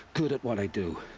good at what i do.